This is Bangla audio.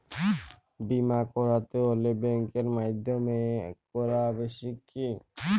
বিমা করাতে হলে ব্যাঙ্কের মাধ্যমে করা আবশ্যিক কি?